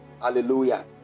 Hallelujah